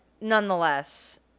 nonetheless